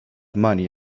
money